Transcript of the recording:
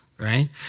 Right